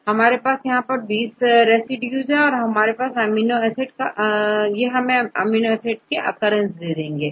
तो अब हमारे पास सभी20 रेसिड्यूज हैं यह अमीनो एसिड OCCURENCE दे देंगे